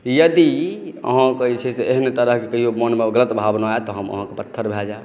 यदि अहाँके जे छै से एहन तरहक कहियो मोनमे ग़लत भावना एत तऽ अहाँ पत्थर भऽ जैब